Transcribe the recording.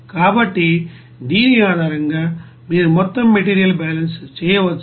కాబట్టి దీని ఆధారంగా మీరు మొత్తం మెటీరియల్ బ్యాలెన్స్ చేయవచ్చు